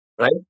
Right